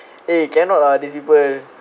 eh cannot lah these people